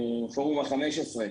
פורום ה-15,